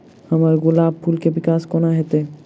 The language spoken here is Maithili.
हम्मर गुलाब फूल केँ विकास कोना हेतै?